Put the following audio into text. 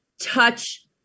touch